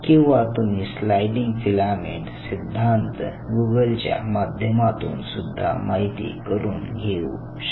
किंवा तुम्ही sliding filament सिद्धांत गुगलच्या माध्यमातून सुद्धा माहिती करून घेऊ शकता